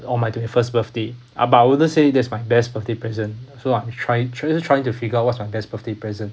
on my twenty first birthday uh but I wouldn't say that it's my best birthday present so I'm trying trying trying to figure out what's my best birthday present